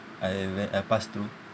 I when I passed through